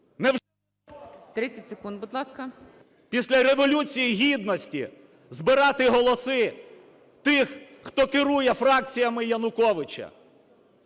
після Революції Гідності збирати голоси тих, хто керує фракціями Януковича,